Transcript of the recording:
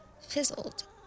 fizzled